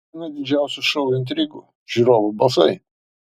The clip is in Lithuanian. viena didžiausių šou intrigų žiūrovų balsai